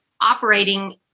operating